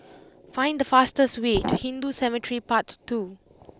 find the fastest way to Hindu Cemetery Path Two